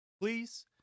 please